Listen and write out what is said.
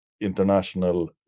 international